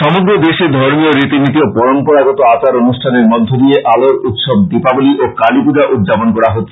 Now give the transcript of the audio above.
সমগ্র দেশে ধর্মীয় রীতি নীতি ও পরম্পরাগত আচার অনুষ্ঠানের মধ্য দিয়ে আলোর উৎসব দীপাবলী ও কালী পুজা উদ্যাপন করা হচ্ছে